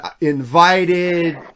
invited